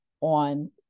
on